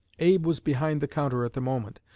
abe was behind the counter at the moment,